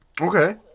Okay